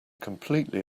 completely